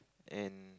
and